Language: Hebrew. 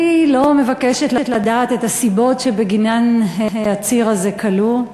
אני לא מבקשת לדעת את הסיבות שבגינן העציר הזה כלוא,